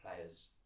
Players